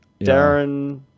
darren